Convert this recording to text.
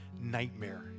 nightmare